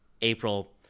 April